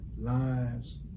lives